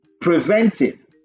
preventive